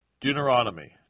Deuteronomy